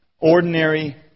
Ordinary